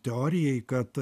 teorijai kad